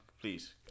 please